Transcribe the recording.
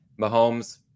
Mahomes